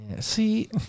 See